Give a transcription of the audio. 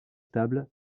stables